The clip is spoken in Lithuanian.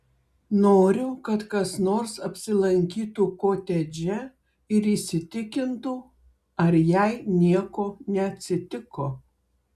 noriu kad kas nors apsilankytų kotedže ir įsitikintų ar jai nieko neatsitiko